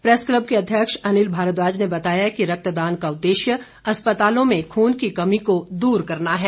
press club के अध्यक्ष अनिल भारद्वाज ने बताया कि रक्तदान का उद्देश्य अस्पतालों में खून की कमी को दूर करना है